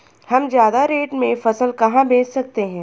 हम ज्यादा रेट में फसल कहाँ बेच सकते हैं?